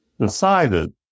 decided